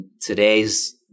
today's